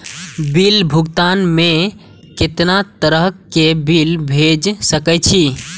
Bill भुगतान में कितना तरह के बिल भेज सके छी?